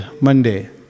Monday